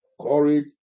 Courage